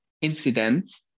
incidents